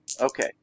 Okay